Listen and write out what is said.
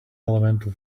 elemental